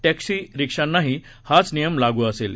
taxi रिक्शांनाही हाच नियम लागू असेल